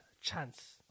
chance